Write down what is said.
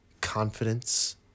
confidence